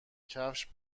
کفش